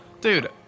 Dude